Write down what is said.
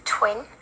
Twin